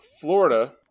Florida